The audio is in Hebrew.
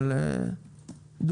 פוד-טראק,